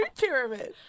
pyramid